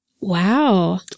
wow